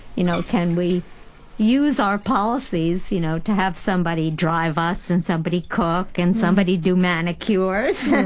you know can we use our policies you know to have somebody drive us and somebody cook and somebody do manicures,